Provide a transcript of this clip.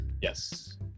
yes